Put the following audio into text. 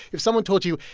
if someone told you,